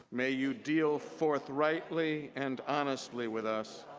may you deal forthrightly and honestly with us,